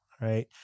right